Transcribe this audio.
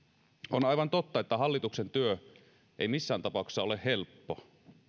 on aivan totta että hallituksen työ ei missään tapauksessa ole helppo